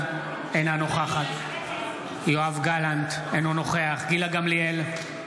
אינה נוכחת יואב גלנט, אינו נוכח גילה גמליאל,